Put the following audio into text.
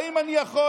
האם אני יכול,